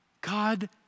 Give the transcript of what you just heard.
God